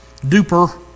duper